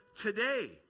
today